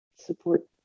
support